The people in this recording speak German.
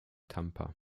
tampa